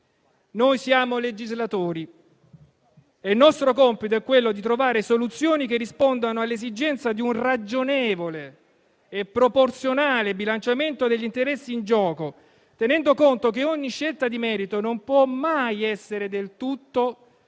Noi siamo legislatori e il nostro compito è quello di trovare soluzioni che rispondano all'esigenza di un ragionevole e proporzionale bilanciamento degli interessi in gioco, tenendo conto che ogni scelta di merito non può mai essere del tutto